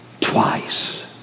twice